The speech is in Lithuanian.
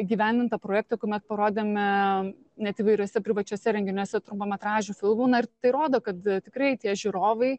įgyvendintą projektą kuomet parodėme net įvairiuose privačiuose renginiuose trumpametražių filmų na tai rodo kad tikrai tie žiūrovai